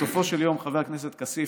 בסופו של יום, חבר הכנסת כסיף,